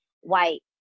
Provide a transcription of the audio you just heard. white